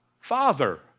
Father